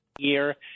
year